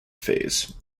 phase